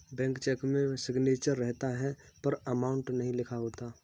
blank cheque में signature रहता है पर अमाउंट नहीं लिखा होता है